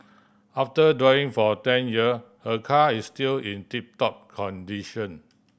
after driving for ten year her car is still in tip top condition